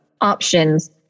options